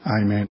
Amen